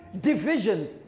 divisions